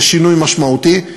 זה שינוי משמעותי.